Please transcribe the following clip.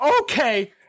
okay